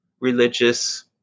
religious